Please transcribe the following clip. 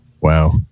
wow